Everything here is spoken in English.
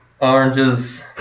Oranges